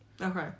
Okay